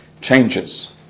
changes